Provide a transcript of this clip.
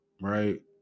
right